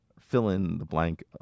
fill-in-the-blank